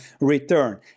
return